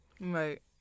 right